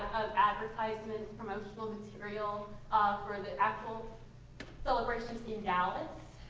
advertisements, promotional material for the actual celebrations in dallas.